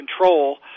control